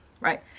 Right